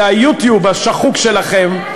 זה ה"יוטיוב" השחוק שלכם,